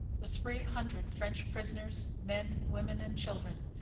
the three hundred french prisoners, men, women, and children,